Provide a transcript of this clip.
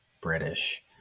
British